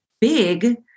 big